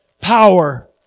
power